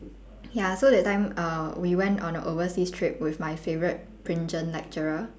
ya so that time uh we went on a overseas trip with my favourite lecturer